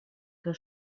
que